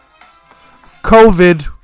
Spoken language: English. COVID